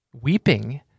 weeping